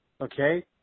Okay